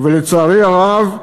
ולצערי הרב,